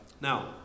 Now